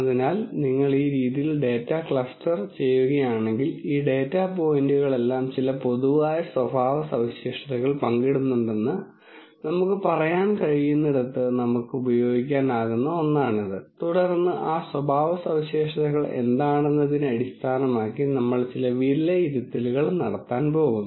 അതിനാൽ നിങ്ങൾ ഈ രീതിയിൽ ഡാറ്റ ക്ലസ്റ്റർ ചെയ്യുകയാണെങ്കിൽ ഈ ഡാറ്റ പോയിന്റുകളെല്ലാം ചില പൊതുവായ സ്വഭാവസവിശേഷതകൾ പങ്കിടുന്നുണ്ടെന്ന് നമുക്ക് പറയാൻ കഴിയുന്നിടത്ത് നമുക്ക് ഉപയോഗിക്കാനാകുന്ന ഒന്നാണിത് തുടർന്ന് ആ സ്വഭാവസവിശേഷതകൾ എന്താണെന്നതിനെ അടിസ്ഥാനമാക്കി നമ്മൾ ചില വിലയിരുത്തലുകൾ നടത്താൻ പോകുന്നു